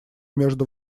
между